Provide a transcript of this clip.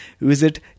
visit